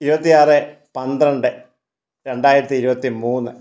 ഇരുപത്തി ആറ് പന്ത്രണ്ട് രണ്ടായിരത്തി ഇരുപത്തി മൂന്ന്